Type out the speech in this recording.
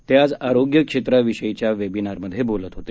ते आज आरोग्य क्षेत्राविषयीच्या वेबिनारमधे बोलत होते